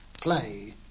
play